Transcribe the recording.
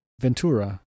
ventura